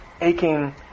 aching